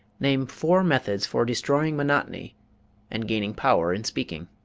name four methods for destroying monotony and gaining power in speaking.